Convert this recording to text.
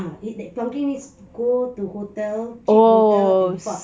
ah pangkeng is go to hotel cheap hotel and fuck